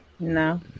No